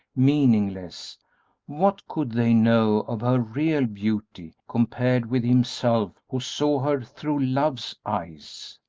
meaningless what could they know of her real beauty compared with himself who saw her through love's eyes!